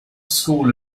school